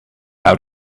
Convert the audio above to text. how